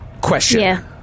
Question